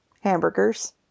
hamburgers